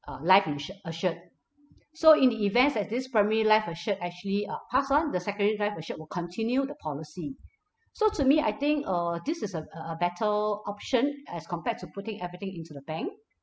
uh life insure assured so in the events that this primary life assured actually uh pass on the secondary life assured will continue the policy so to me I think uh this is a a a better option as compared to putting everything into the bank